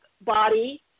body